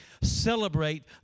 celebrate